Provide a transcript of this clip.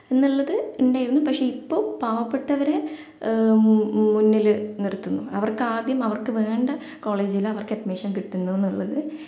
എന്നുള്ളത് ഉണ്ടായിരുന്നു പക്ഷേ ഇപ്പോൾ പാവപ്പെട്ടവരെ മുന്നിൽ നിർത്തുന്നു അവർക്കാദ്യം അവർക്ക് വേണ്ട കോളേജിൽ അവർക്ക് അഡ്മിഷൻ കിട്ടുന്നൂന്നുള്ളത്